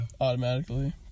Automatically